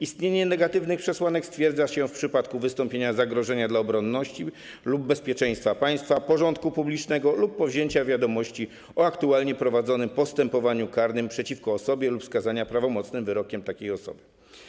Istnienie negatywnych przesłanek stwierdza się w przypadku wystąpienia zagrożenia dla obronności lub bezpieczeństwa państwa i porządku publicznego lub powzięcia wiadomości o aktualnie prowadzonym postępowaniu karnym przeciwko osobie lub skazania prawomocnym wyrokiem takiej osoby.